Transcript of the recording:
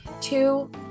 Two